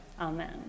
amen